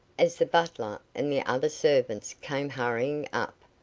as the butler and the other servants came hurrying up,